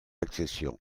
accession